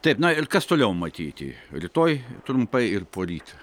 taip na ir kas toliau matyti rytoj trumpai ir poryt